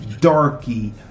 darky